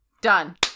Done